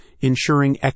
ensuring